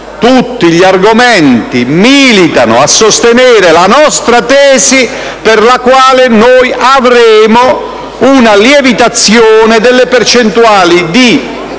tutti gli argomenti militano a sostenere la nostra tesi in base alla quale avremo una lievitazione delle percentuali di